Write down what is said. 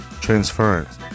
Transference